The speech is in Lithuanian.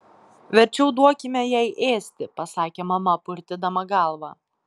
verčiau duokime jai ėsti pasakė mama purtydama galvą